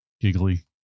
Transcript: giggly